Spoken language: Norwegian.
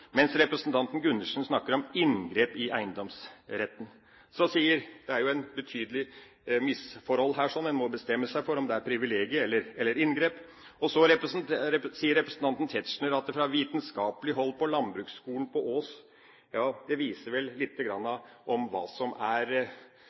mens representanten Gundersen snakker om «inngrep» i eiendomsretten. Det er jo et betydelig misforhold her. En må bestemme seg for om det er privilegier eller inngrep. Og så viser representanten Tetzschner til vitenskapelig hold på landbrukshøgskolen på Ås – ja, det viser vel lite grann